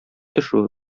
төшү